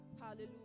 Hallelujah